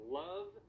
love